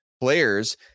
players